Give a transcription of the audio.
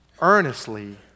Earnestly